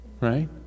Right